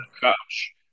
couch